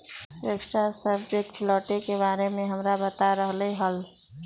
श्वेता सापेक्ष लौटे के बारे में हमरा बता रहले हल